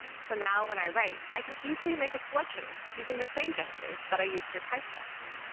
so now, when i write, i can easily make a selection using the same gestures that i use for typed text.